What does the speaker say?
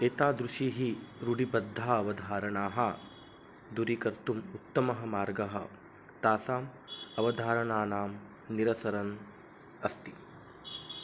एतादृशीः रुडिबद्धा अवधारणाः दूरीकर्तुम् उत्तमः मार्गः तासाम् अवधारणानां निरसरन् अस्ति